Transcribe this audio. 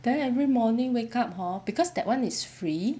then every morning wake up hor because that [one] is free